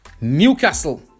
Newcastle